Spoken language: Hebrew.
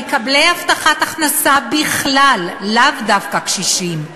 מקבלי הבטחת הכנסה בכלל, לאו דווקא קשישים,